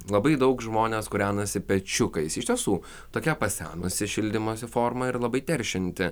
labai daug žmonės kūrenasipečiukais iš tiesų tokia pasenusi šildymosi forma ir labai teršianti